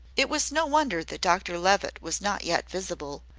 it was no wonder that dr levitt was not yet visible.